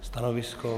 Stanovisko?